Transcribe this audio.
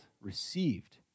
received